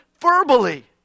verbally